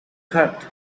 cut